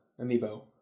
amiibo